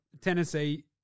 Tennessee